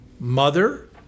Mother